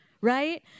Right